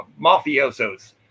mafiosos